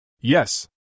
Yes